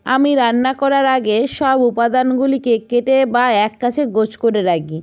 আমি রান্না করার আগে সব উপাদানগুলিকে কেটে বা এক কাছে গোছ করে রাখি